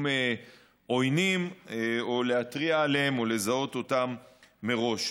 עוינים או להתריע עליהם או לזהות אותם מראש.